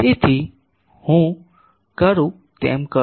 તેથી હું કરું તેમ કરો